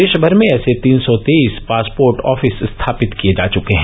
देष भर में ऐसे तीन सौ तेईस पासपोर्ट ऑफिस स्थापित किये जा चुके हैं